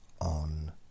on